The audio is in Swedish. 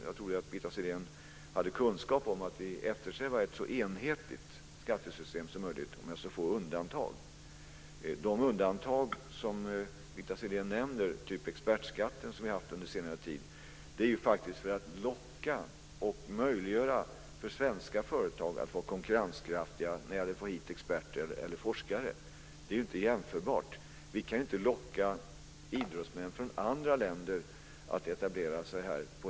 Jag trodde att Birgitta Sellén hade kunskap om att vi eftersträvar ett så enhetligt skattesystem som möjligt, och med så få undantag som möjligt. De undantag som Birgitta Sellén nämner, t.ex. expertskatten som vi har haft under senare tid, är till för att möjliggöra för svenska företag att vara konkurrenskraftiga och få hit experter eller forskare. Dessa fall är inte jämförbara. Vi kan ju inte locka idrottsmän från andra länder att etablera sig här.